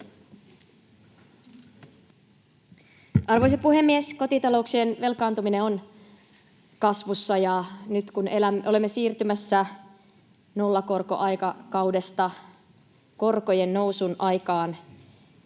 Arvoisa puhemies! Kotita-louksien velkaantuminen on kasvussa. Nyt, kun olemme siirtymässä nollakorkojen aikakaudesta korkojen nousun aikaan